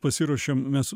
pasiruošėm mes